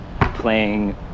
playing